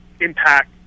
impact